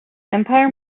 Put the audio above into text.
empire